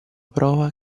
prova